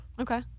Okay